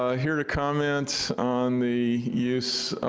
ah here to comment on the use,